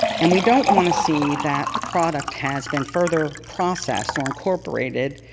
and we don't want to see that the product has been further processed or incorporated